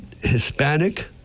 Hispanic